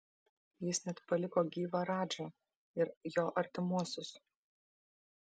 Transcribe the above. jis net paliko gyvą radžą ir jo artimuosius